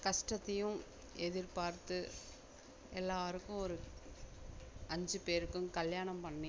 கஷ்டத்தையும் எதிர்பார்த்து எல்லாருக்கும் ஒரு அஞ்சு பேருக்கும் கல்யாணம் பண்ணி